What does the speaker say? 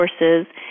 resources